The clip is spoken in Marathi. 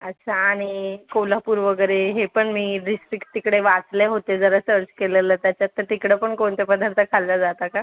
अच्छा आणि कोल्हापूर वगैरे हे पण मी डिस्ट्रिक्ट तिकडे वाचले होते जरा सर्च केलेलं त्याच्यात तर तिकडं पण कोणते पदार्थ खाल्लं जातं का